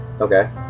Okay